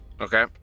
Okay